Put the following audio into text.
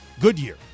Goodyear